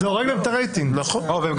זה הורג להם את הרייטינג.